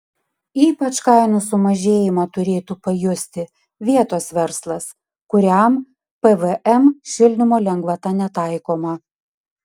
ypač kainų sumažėjimą turėtų pajusti vietos verslas kuriam pvm šildymo lengvata netaikoma